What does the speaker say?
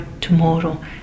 tomorrow